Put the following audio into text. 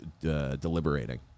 deliberating